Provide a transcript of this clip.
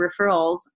referrals